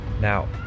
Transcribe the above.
now